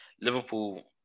Liverpool